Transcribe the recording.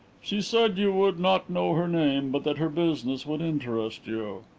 she said you would not know her name, but that her business would interest you.